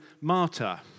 Marta